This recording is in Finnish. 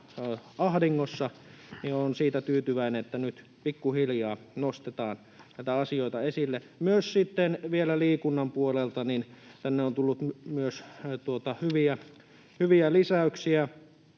ahdingossa, olen siitä tyytyväinen, että nyt pikkuhiljaa nostetaan näitä asioita esille. Sitten myös liikunnan puolelle on tullut hyviä lisäyksiä.